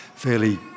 fairly